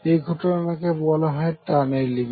এই ঘটনাকে বলা হয় টানেলিং